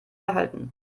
erhalten